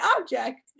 object